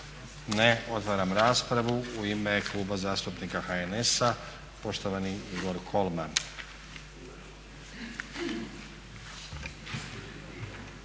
Ne. Otvaram raspravu. U ime Kluba zastupnika HNS-a poštovani Igor Kolman.